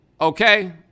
okay